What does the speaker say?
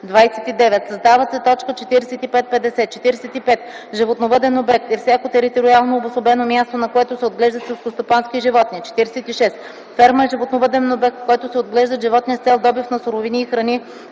29. Създават се т. 45-50: „45. „Животновъден обект” е всяко териториално обособено място, на което се отглеждат селскостопански животни. 46. „Ферма” е животновъден обект, в който се отглеждат животни с цел добив на суровини и храни